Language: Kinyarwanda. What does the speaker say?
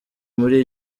muri